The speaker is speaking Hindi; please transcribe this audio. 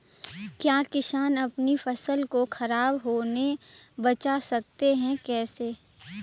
क्या किसान अपनी फसल को खराब होने बचा सकते हैं कैसे?